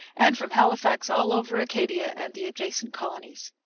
and from halifax all over acadia and the adjacent colonies.